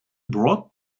brought